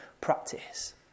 practice